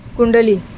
कुंडली